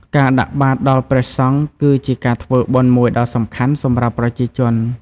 ការដាក់បាតដល់ព្រះសង្ឃ គឺជាការធ្វើបុណ្យមួយដ៏សំខាន់សម្រាប់ប្រជាជន។